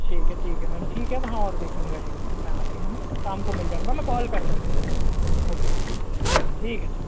ठीक है ठीक है मैम ठीक है वहाँ और देख लूँगा एक मैं आके है ना शाम को मिल जाऊँगा मैं कॉल कर लूँगा ओके ठीक ठीक है ठीक